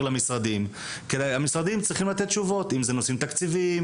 למשרדים כי המשרדים צריכים לתת תשובות בנושאי תקציב,